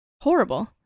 horrible